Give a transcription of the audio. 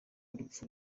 urupfu